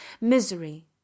misery